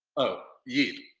oh. yeet.